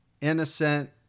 innocent